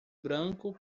branco